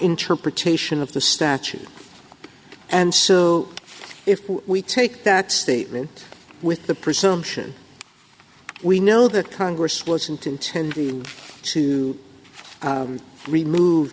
interpretation of the statute and so if we take that statement with the presumption we know that congress wasn't intending to remove